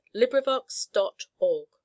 LibriVox.org